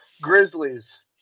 Grizzlies